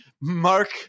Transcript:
Mark